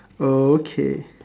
okay